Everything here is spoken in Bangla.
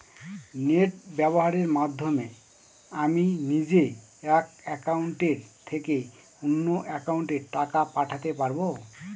নেট ব্যবহারের মাধ্যমে আমি নিজে এক অ্যাকাউন্টের থেকে অন্য অ্যাকাউন্টে টাকা পাঠাতে পারব?